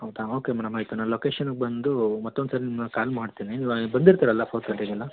ಹೌದಾ okay madam ಆಯಿತು ನಾನು ಲೊಕೇಷನ್ನಿಗೆ ಬಂದೂ ಮತ್ತೊಂದು ಸಲ ನಿಮ್ಮನ್ನ ಕಾಲ್ ಮಾಡ್ತಿನಿ ನೀವು ಬಂದಿರ್ತೀರಲ್ಲ ಫೋರ್ ತರ್ಟಿಗೆಲ್ಲ